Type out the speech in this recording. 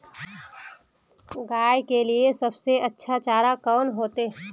गाय के लिए सबसे अच्छा चारा कौन होते?